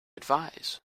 advise